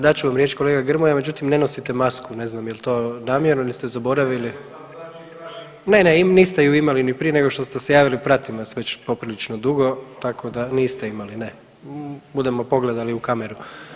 Dat ću vam riječ kolega Grmoja, međutim, ne nosite masku, ne znam jel to namjerno ili ste zaboravili… [[Upadica iz klupe se ne razumije]] Ne, ne, niste ju imali ni prije nego što ste se javili, pratim vas već poprilično dugo, tako da niste imali ne, budemo pogledali u kameru.